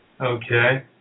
Okay